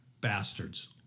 bastards